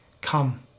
Come